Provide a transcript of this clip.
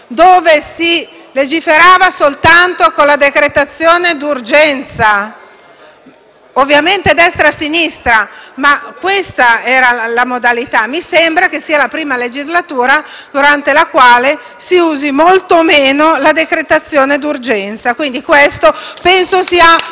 quali si legiferava soltanto con la decretazione d'urgenza (ovviamente sia a destra che a sinistra, ma questa era la modalità). Mi sembra che questa sia la prima legislatura durante la quale si usa molto meno la decretazione d'urgenza e questo penso sia